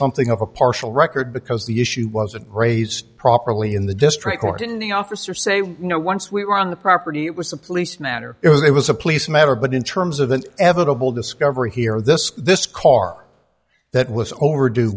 something of a partial record because the issue wasn't raised properly in the district court in the officer say we know once we were on the property it was a police matter it was it was a police matter but in terms of the evitable discovery here this this car that was over